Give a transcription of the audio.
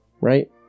Right